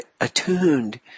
attuned